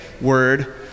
word